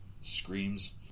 screams